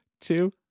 two